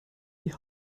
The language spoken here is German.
die